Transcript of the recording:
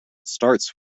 starts